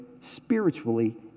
spiritually